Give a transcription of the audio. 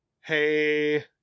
hey